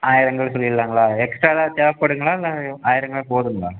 ஆயிரங்கல் சொல்லிடலாங்களா எக்ஸ்ட்ரா எதாவது தேவைப்படுங்களா இல்லை ஆயிரங்கல்லே போதுங்களா